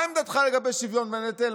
מה דעתך לגבי שוויון בנטל?